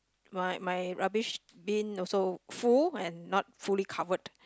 my my rubbish bin also full and not fully covered